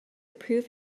prove